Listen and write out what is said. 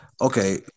Okay